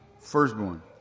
firstborn